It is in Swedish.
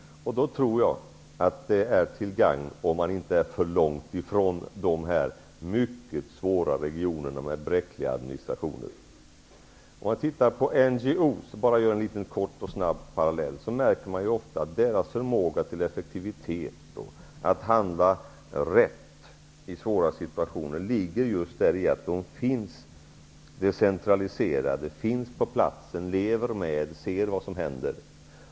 Jag tror att det är till gagn att man inte befinner sig alltför långt från mycket svåra regioner som har en bräcklig administration. Om man tittar på detta med NGO och helt snabbt och kort drar en parallell, märker man ofta att deras förmåga till effektivitet och till att handla rätt i svåra situationer har att göra med att de är decentraliserade. De finns på platsen i fråga, lever med människorna och ser vad som händer.